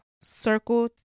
circle